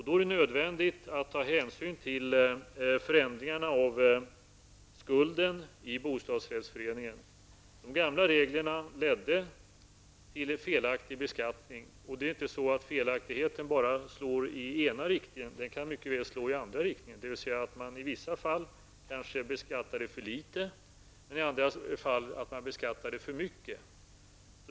Då är det nödvändigt att ta hänsyn till förändringarna av skulden i bostadsrättsföreningen. De gamla reglerna ledde till en felaktig beskattning. Det är inte så att en felaktig beskattning bara slår i den ena riktningen, den kan lika väl slå i den andra riktningen, dvs. att man i vissa fall kanske beskattar för litet och i andra för mycket.